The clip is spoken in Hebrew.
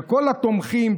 וכל התומכים,